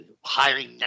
hiring